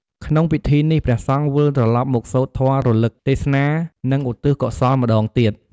ក្នុងពិធីនេះ ព្រះសង្ឃវិលត្រឡប់មកសូត្រធម៌រលឹក ទេសនា និង ឧទ្ទិសកុសលម្ដងទៀត។